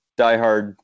diehard